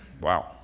Wow